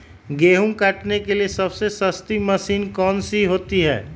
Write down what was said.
गेंहू काटने के लिए सबसे सस्ती मशीन कौन सी होती है?